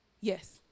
yes